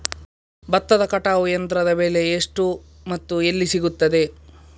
ಭತ್ತದ ಕಟಾವು ಯಂತ್ರದ ಬೆಲೆ ಎಷ್ಟು ಮತ್ತು ಎಲ್ಲಿ ಸಿಗುತ್ತದೆ?